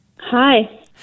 Hi